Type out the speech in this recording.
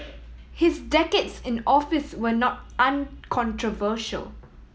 his decades in office were not uncontroversial